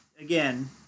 again